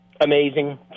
amazing